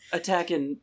attacking